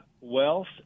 wealth